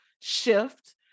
shift